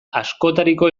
askotariko